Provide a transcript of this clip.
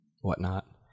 whatnot